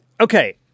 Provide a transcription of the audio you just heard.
okay